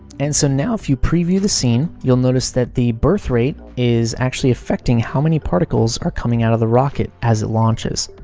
and so now if you preview the scene, you'll notice that the birth rate is actually affecting how many particles are coming out of the rocket as it launches.